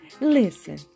Listen